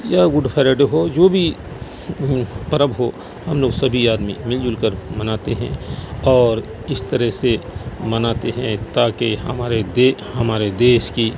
یا good Friday ہو جو بھی پرب ہو ہم لوگ سبھی آدمی مل جل کر مناتے ہیں اور اس طرح سے مناتے ہیں تاکہ ہمارے دے ہمارے دیش کی